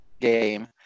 game